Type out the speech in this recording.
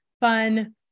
fun